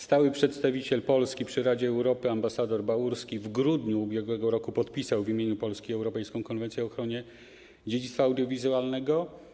Stały przedstawiciel Polski przy Radzie Europy ambasador Baurski w grudniu ub. r. podpisał w imieniu Polski Europejską Konwencję o ochronie dziedzictwa audiowizualnego.